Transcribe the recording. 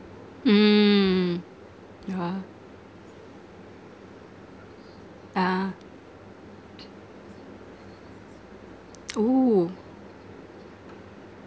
mm yeah ah !woo!